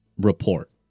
report